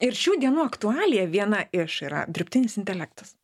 ir šių dienų aktualija viena iš yra dirbtinis intelektas